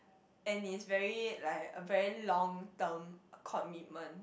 and it's very like a very long term commitment